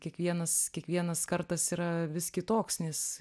kiekvienas kiekvienas kartas yra vis kitoks nes